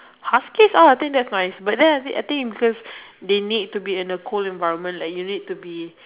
husky all I think that's nice because they need to be in a cold environment like you need to be